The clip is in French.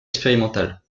expérimental